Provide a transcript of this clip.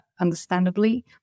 understandably